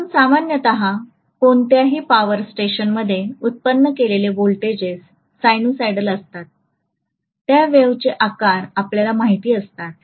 म्हणून सामान्यत कोणत्याही पॉवर स्टेशनमध्ये उत्पन्न केलेले व्होल्टेजेस सायनुसायडल असतात त्या वेव्हचे आकार आपल्याला माहित असतात